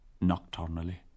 nocturnally